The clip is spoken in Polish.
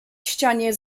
ścianie